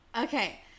Okay